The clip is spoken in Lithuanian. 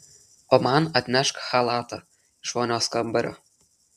o man atnešk chalatą iš vonios kambario